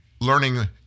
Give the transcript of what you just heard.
learning